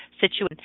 situation